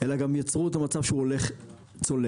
אלא גם יצרו מצב שהוא הולך צולע.